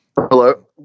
Hello